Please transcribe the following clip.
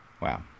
Wow